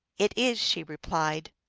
it is, she replied,